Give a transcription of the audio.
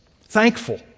thankful